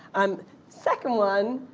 um second one,